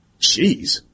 jeez